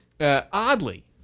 oddly